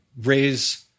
raise